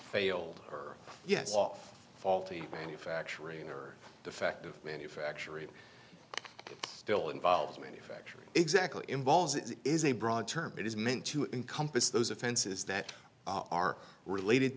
failed or yes off faulty manufacturing or defective manufacturing still involves manufacturing exactly involves it is a broad term it is meant to encompass those offenses that are related